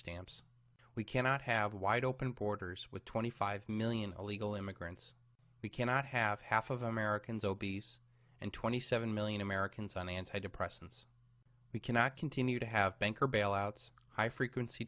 stamps we cannot have wide open borders with twenty five million illegal immigrants we cannot have half of americans obese and twenty seven million americans on anti depressants we cannot continue to have banker bailouts high frequency